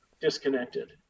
disconnected